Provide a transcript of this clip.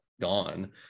gone